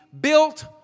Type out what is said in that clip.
built